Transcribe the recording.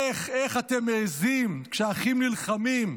איך, איך אתם מעיזים, כשאחים נלחמים,